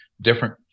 different